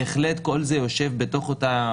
בהחלט כל זה יושב בתוך אותה,